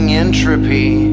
entropy